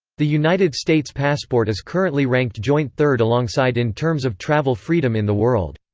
the united states passport is currently ranked joint third alongside in terms of travel freedom in the world.